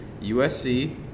USC